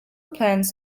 plans